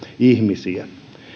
ihmisiä